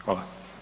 Hvala.